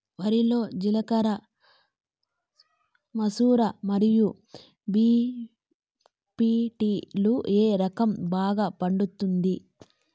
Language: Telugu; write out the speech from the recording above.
వరి లో జిలకర మసూర మరియు బీ.పీ.టీ లు ఏ రకం బాగా పండుతుంది